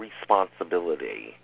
responsibility